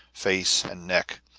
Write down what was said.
face, and neck.